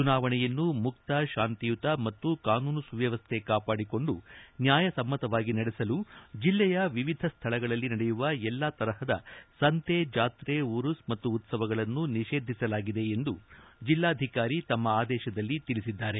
ಚುನಾವಣೆಯನ್ನು ಮುಕ್ತ ಶಾಂತಿಯುತ ಮತ್ತು ಕಾನೂನು ಸುವ್ಯವಸ್ಥೆ ಕಾಪಾಡಿಕೊಂಡು ನ್ಯಾಯ ಸಮ್ಮತವಾಗಿ ನಡೆಸಲು ಜಿಲ್ಲೆಯ ವಿವಿಧ ಸ್ಥಳಗಳಲ್ಲಿ ನಡೆಯುವ ಎಲ್ಲಾ ತರಹದ ಸಂತೆ ಚಾತ್ರೆ ಉರುಸ್ ಮತ್ತು ಉತ್ಸವಗಳನ್ನು ನಿಷೇಧಿಸಲಾಗಿದೆ ಎಂದು ಜಿಲ್ಲಾಧಿಕಾರಿ ತಮ್ನ ಆದೇಶದಲ್ಲಿ ತಿಳಿಸಿದ್ದಾರೆ